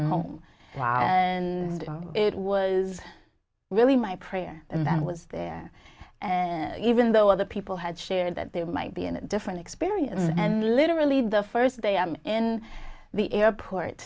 home and it was really my prayer that was there and even though other people had shared that they might be in a different experience and literally the first day i'm in the airport